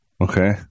okay